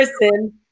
person